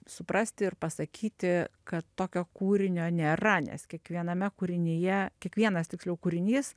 suprasti ir pasakyti kad tokio kūrinio nėra nes kiekviename kūrinyje kiekvienas tiksliau kūrinys